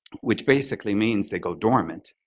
which basically means they go dormant.